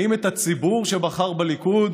האם את הציבור שבחר בליכוד